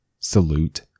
Salute